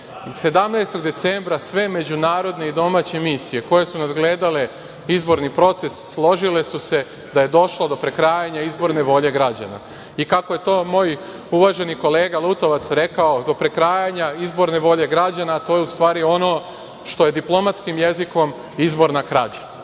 pokradeni. Sve međunarodne i domaće misije 17. decembra, koje su nadgledale izborni proces složile su se da je došlo do prekrajanja izborne volje građana i kako je to moj uvaženi kolega Lutovac rekao – do prekrajanja izborne volje građana, a to je u stvari ono što je diplomatskim jezikom izborna krađa. Nakon